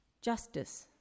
justice